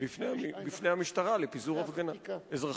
בפני המשטרה לפיזור הפגנה אזרחית.